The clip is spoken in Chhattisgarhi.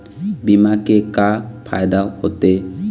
बीमा के का फायदा होते?